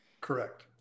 Correct